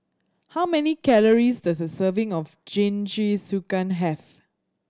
how many calories does a serving of Jingisukan have